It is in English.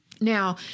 Now